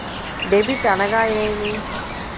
Debit అనగానేమి?